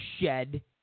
Shed